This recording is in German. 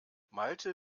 malte